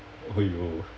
!aiyo!